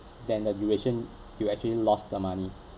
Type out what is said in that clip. than the duration you actually lost the money